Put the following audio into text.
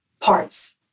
parts